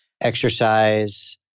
exercise